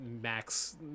max